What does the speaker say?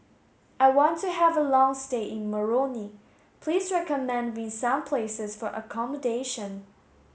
I want to have a long stay in Moroni please recommend me some places for accommodation